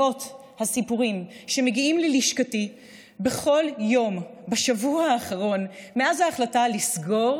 מאות הסיפורים שמגיעים ללשכתי בכל יום בשבוע האחרון מאז ההחלטה לסגור,